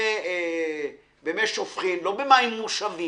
במי שופכין, לא במים מושבים.